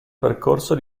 percorso